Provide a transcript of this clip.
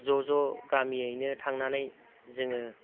ज' ज' गामियैनो थांनानै जोङो